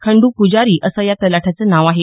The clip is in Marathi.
खंडू पुजारी असं या तलाठ्याचं नाव आहे